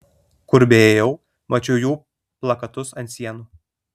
kur beėjau mačiau jų plakatus ant sienų